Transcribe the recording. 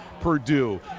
Purdue